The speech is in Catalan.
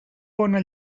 bona